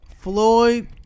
Floyd